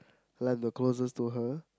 like the closest to her